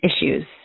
issues